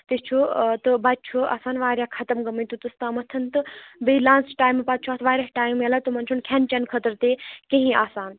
تہِ چھُ تہٕ بَچّہِ چھُ آسان واریاہ ختم گٔمٕتۍ توٚتتھستامتھن تہٕ بیٚیہِ لَنٛچ ٹایِمہٕ پتہٕ چھُ اَتھ واریاہ ٹایِم میلان تِمَن چھُنہٕ کھٮ۪ن چٮ۪ن خٲطرٕ تہِ کِہیٖنۍ آسان